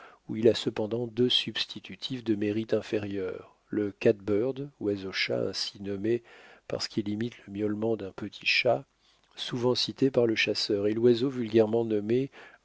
où il a cependant deux substituts de mérite inférieur le cat bird oiseau chat ainsi nommé parce qu'il imite le miaulement d'un petit chat souvent cité par le chasseur et l'oiseau vulgairement nommé